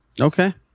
Okay